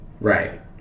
Right